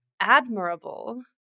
admirable